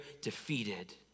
defeated